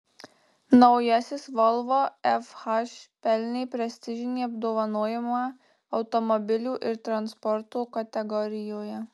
naujasis volvo fh pelnė prestižinį apdovanojimą automobilių ir transporto kategorijoje